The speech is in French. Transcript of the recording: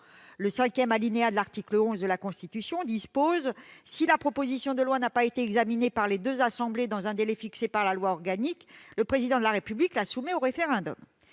le cinquième alinéa de l'article 11 de la Constitution dispose :« Si la proposition de loi n'a pas été examinée par les deux assemblées dans un délai fixé par la loi organique, le Président de la République la soumet au référendum. »